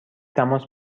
تماس